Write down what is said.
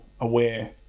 aware